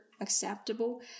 acceptable